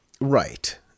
Right